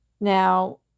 Now